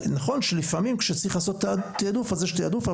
נכון שלפעמים כשצריך לעשות את התיעדוף אז יש תיעדוף,